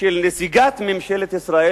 של נסיגת ממשלת ישראל,